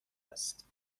است